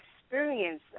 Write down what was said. experience